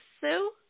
Sue